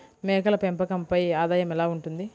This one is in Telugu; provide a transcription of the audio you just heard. మేకల పెంపకంపై ఆదాయం ఎలా ఉంటుంది?